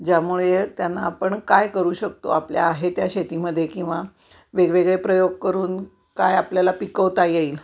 ज्यामुळे त्यांना आपण काय करू शकतो आपल्या आहे त्या शेतीमध्ये किंवा वेगवेगळे प्रयोग करून काय आपल्याला पिकवता येईल